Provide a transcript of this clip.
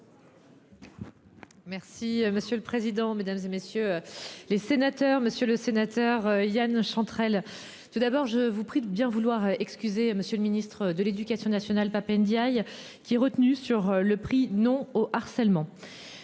Merci monsieur le président, Mesdames, et messieurs les sénateurs, Monsieur le Sénateur, Yan Chantrel. Tout d'abord, je vous prie de bien vouloir excuser Monsieur le Ministre de l'Éducation nationale Pap Ndiaye qui retenu sur le prix, non au harcèlement.